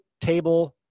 table